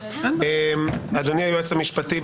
אדוני היועץ המשפטי,